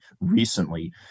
recently